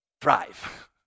thrive